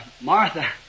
Martha